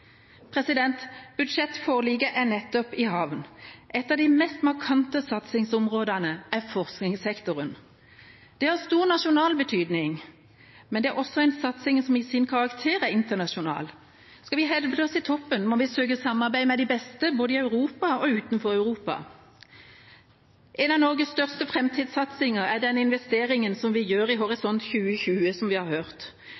Budsjettforliket er nettopp i havn. Et av de mest markante satsingsområdene er forskningssektoren. Det har stor nasjonal betydning, men det er også en satsing som i sin karakter er internasjonal. Skal vi hevde oss i toppen, må vi søke samarbeid med de beste, både i Europa og utenfor Europa. En av Norges største framtidssatsinger er den investeringen vi gjør i